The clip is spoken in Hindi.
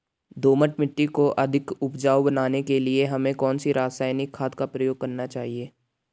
दोमट मिट्टी को अधिक उपजाऊ बनाने के लिए हमें कौन सी रासायनिक खाद का प्रयोग करना चाहिए?